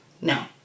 No